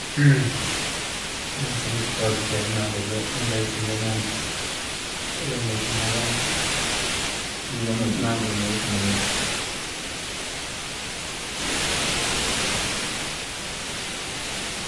ekyisomo kyikawathikaya erinanga eri enlightinga enanga erienlightinga abandu eribiha mwe nanga mwe ignorance